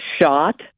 shot